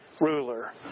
ruler